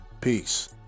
peace